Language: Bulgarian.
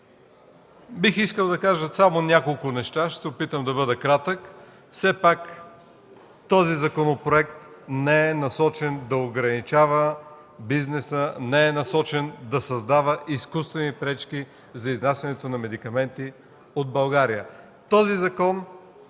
бих искал да кажа само няколко неща. Ще се опитам да бъда кратък. Все пак този законопроект не е насочен да ограничава бизнеса, не е насочен да създава изкуствени пречки за изнасянето на медикаменти от България. Този законопроект